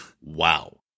Wow